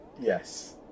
Yes